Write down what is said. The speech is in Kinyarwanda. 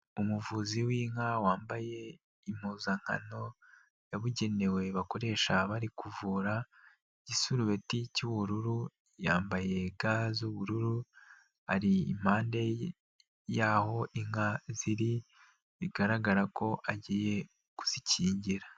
Umuvuzi w'inka wambaye impuzankano yabugenewe bakoresha bari kuvura, igisurubeti cy'ubururu, yambaye ga z'ubururu, ari impande y'aho inka ziri bigaragara ko agiye kuzikingira.